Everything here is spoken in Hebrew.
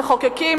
המחוקקים,